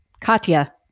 Katya